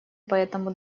поэтому